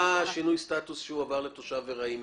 אז מה עשה לו שינוי הסטטוס מתושב קבע לתושב ארעי?